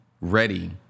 ready